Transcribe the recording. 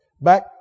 back